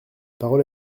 parole